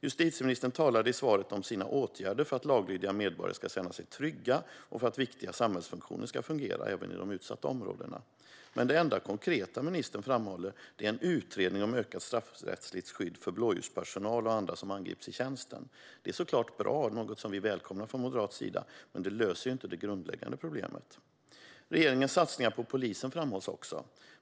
Justitieministern talade i interpellationssvaret om sina åtgärder för att laglydiga medborgare ska känna sig trygga och för att viktiga samhällsfunktioner ska fungera även i de utsatta områdena. Men det enda konkreta ministern framhåller är en utredning om ökat straffrättsligt skydd för blåljuspersonal och andra som angrips i tjänsten. Detta är såklart bra och är något som vi välkomnar från moderat sida, men det löser inte det grundläggande problemet. Regeringens satsningar på polisen framhålls också.